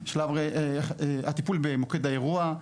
הטיפול במוקד האירוע,